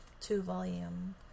two-volume